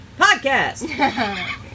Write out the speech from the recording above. podcast